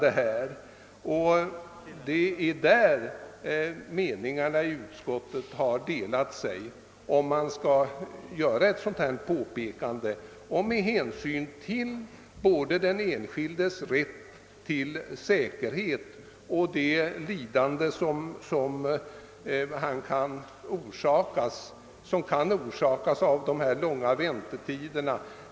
Det är härvidlag fråga om huruvida man skall göra ett påpekande, och på denna punkt har det uppstått delade meningar vid utskottsbehandlingen. Vi reservanter vill göra en framstöt både med hänsyn till den enskildes säkerhet och med tanke på det lidande som kan orsakas av de långa väntetiderna.